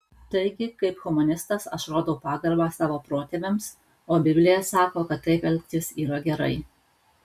taigi kaip humanistas aš rodau pagarbą savo protėviams o biblija sako kad taip elgtis yra gerai